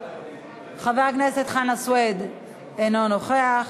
חבר הכנסת חנא סוייד אינו נוכח.